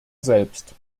selbst